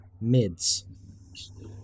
Mids